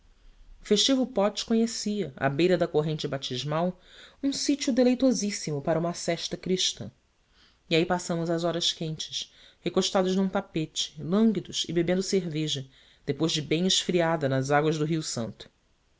festivo pote conhecia à beira da corrente batismal um sitio deleitosíssimo para uma sesta cristã e aí passamos as horas quentes recostados num tapete lânguidos e bebendo cerveja depois de bem esfriada nas águas do rio santo